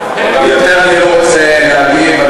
יותר אני לא רוצה להגיב.